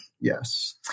Yes